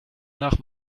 nach